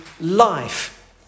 life